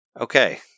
okay